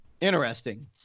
Interesting